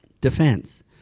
defense